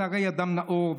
אתה הרי אדם נאור,